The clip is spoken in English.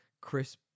Chris